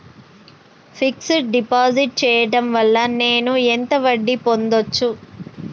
Fix డ్ deposit చేయటం వల్ల నేను ఎంత వడ్డీ పొందచ్చు?